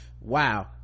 wow